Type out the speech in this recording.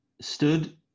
stood